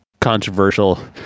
controversial